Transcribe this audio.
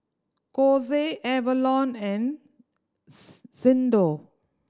Kose Avalon and Xndo